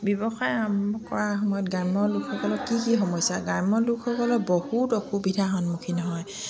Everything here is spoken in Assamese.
ব্যৱসায় আৰম্ভ কৰা সময়ত গ্ৰাম্য লোকসকলৰ কি কি সমস্যা গ্ৰাম্য লোকসকলৰ বহুত অসুবিধাৰ সন্মুখীন হয়